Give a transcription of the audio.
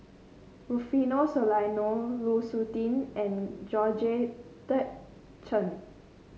Rufino Soliano Lu Suitin and Georgette Chen